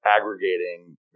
aggregating